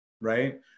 right